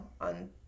on